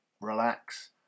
relax